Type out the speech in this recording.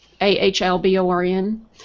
A-H-L-B-O-R-N